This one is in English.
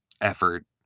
effort